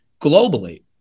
globally